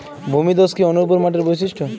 ভূমিধস কি অনুর্বর মাটির বৈশিষ্ট্য?